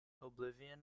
oblivion